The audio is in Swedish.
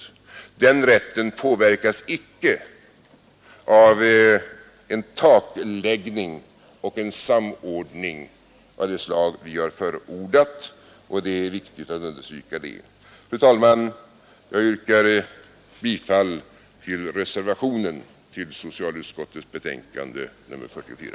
Den rätten påverkas icke av en takläggning och en samordning av det slag vi har förordat — det är viktigt att understryka detta. Fru talman! Jag yrkar bifall till reservationen till socialutskottets betänkande nr 44: